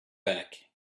back